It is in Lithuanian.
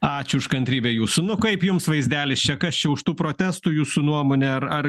ačiū už kantrybę jūsų nu kaip jums vaizdelis čia kas čia už tų protestų jūsų nuomone ar ar